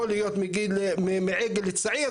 יכול להיות מעגל צעיר,